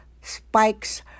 spikes